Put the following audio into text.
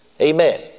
Amen